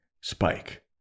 Spike